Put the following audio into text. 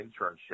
internship